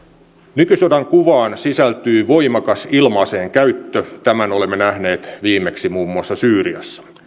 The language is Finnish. nykysodan kuvaan sisältyy voimakas ilma aseen käyttö tämän olemme nähneet viimeksi muun muassa syyriassa